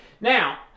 Now